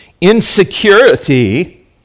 Insecurity